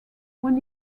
when